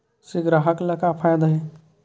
से ग्राहक ला का फ़ायदा हे?